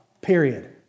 Period